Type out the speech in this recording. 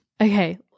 Okay